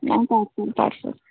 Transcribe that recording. ନାଇଁ parcel parcel